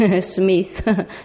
Smith